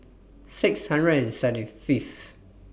six hundred and seventy Fifth